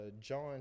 John